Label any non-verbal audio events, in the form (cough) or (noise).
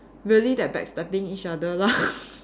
really they backstabbing each other lah (laughs)